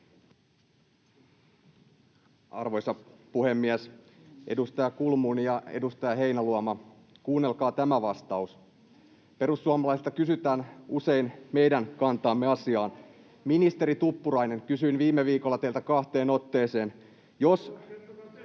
Arvoisa puhemies! Edustaja Kulmuni ja edustaja Heinäluoma, kuunnelkaa tämä vastaus. Perussuomalaisilta kysytään usein meidän kantaamme asiaan. Ministeri Tuppurainen, kysyin viime viikolla teiltä kahteen otteeseen: